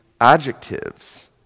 adjectives